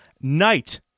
Night